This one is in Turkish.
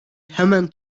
hemen